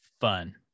fun